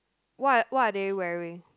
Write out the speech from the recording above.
what what are they wearing